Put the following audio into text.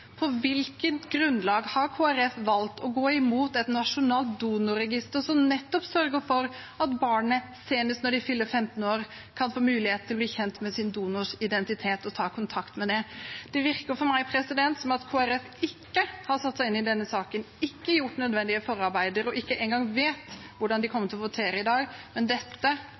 På hvilket grunnlag har Kristelig Folkeparti valgt å gå imot et nasjonalt donorregister som nettopp sørger for at barnet, senest når det fyller 15 år, kan få mulighet til å bli kjent med sin donors identitet og ta kontakt? Det virker for meg som om Kristelig Folkeparti ikke har satt seg inn i denne saken, ikke gjort nødvendige forarbeider og ikke engang vet hvordan de kommer til å votere i dag. Men dette